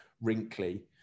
wrinkly